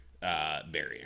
barrier